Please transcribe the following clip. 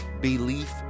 Belief